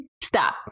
stop